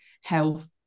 health